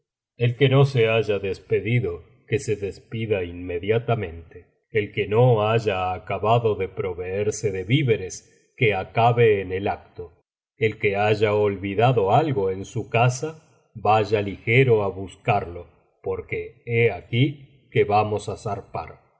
el que no se haya despedido que se despida inmediatamente el que no haya acabado de proveerse de víveres que acabe en el acto el que haya olvidado algo en su casa vaya ligero á buscarlo porque he aquí que vamos á zarpar y